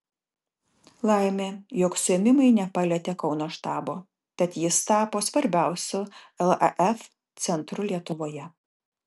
laimė jog suėmimai nepalietė kauno štabo tad jis tapo svarbiausiu laf centru lietuvoje